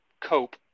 cope